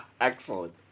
Excellent